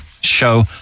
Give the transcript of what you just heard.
show